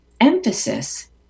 emphasis